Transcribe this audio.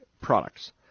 products